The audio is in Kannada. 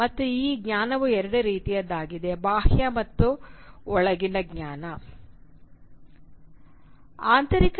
ಮತ್ತು ಈ ಜ್ಞಾನವು ಎರಡು ರೀತಿಯದ್ದಾಗಿದೆ ಬಾಹ್ಯ ಮತ್ತು ಆಂತರಿಕ